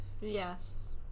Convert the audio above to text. Yes